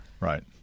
Right